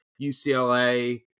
UCLA